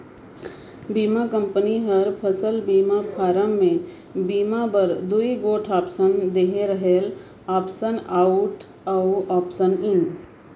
बीमा कंपनी हर फसल बीमा फारम में बीमा बर दूई गोट आप्सन देहे रहेल आप्सन आउट अउ आप्सन इन